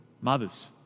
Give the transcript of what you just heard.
Mothers